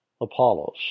Apollos